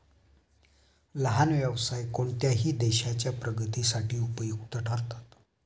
लहान व्यवसाय कोणत्याही देशाच्या प्रगतीसाठी उपयुक्त ठरतात